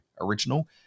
original